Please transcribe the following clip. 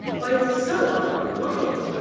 why, it's so awful quiet!